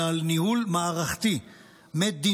אלא על ניהול מערכתי מדינתי,